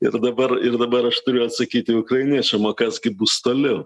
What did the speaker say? ir dabar ir dabar aš turiu atsakyti ukrainiečiam o kas gi bus toliau